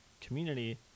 community